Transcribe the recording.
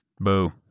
boo